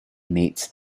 meets